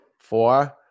Four